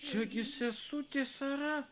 čia gi sesutė sara